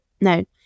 No